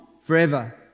forever